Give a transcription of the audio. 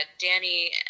Danny